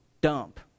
dump